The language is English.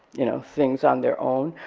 you know, things on their own,